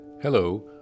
Hello